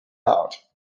out